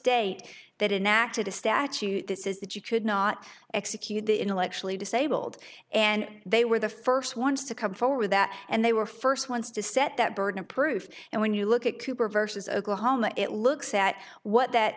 state that enact a statute that says that you should not execute the intellectually disabled and they were the first ones to come forward that and they were first ones to set that burden of proof and when you look at cooper versus oklahoma it looks at what that